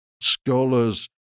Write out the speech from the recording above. scholars